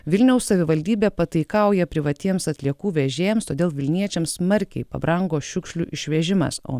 vilniaus savivaldybė pataikauja privatiems atliekų vežėjams todėl vilniečiams smarkiai pabrango šiukšlių išvežimas o